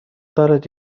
دارد